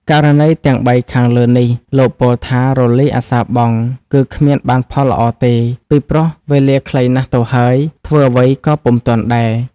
ករណីទាំងបីខាងលើនេះ លោកពោលថា រលាយអសារបង់ គឺគ្មានបានផលល្អទេ ពីព្រោះវេលាខ្លីណាស់ទៅហើយ ធ្វើអ្វីក៏ពុំទាន់ដែរ ។